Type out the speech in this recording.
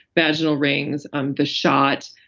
vaginal rings, um the shot,